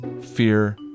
fear